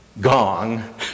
gong